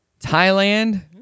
Thailand